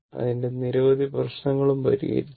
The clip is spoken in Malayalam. അതിന്റെ നിരവധി പ്രശ്നങ്ങളും പരിഹരിച്ചു